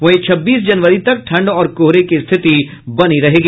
वहीं छब्बीस जनवरी तक ठंड और कोहरे की स्थिति बनी रहेगी